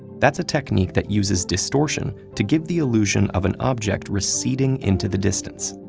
that's a technique that uses distortion to give the illusion of an object receding into the distance.